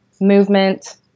movement